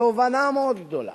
בתובנה מאוד גדולה.